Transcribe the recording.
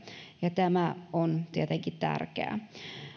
ja tämä on tietenkin tärkeää